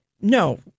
No